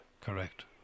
Correct